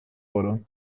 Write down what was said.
wurde